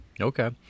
Okay